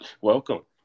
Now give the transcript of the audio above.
Welcome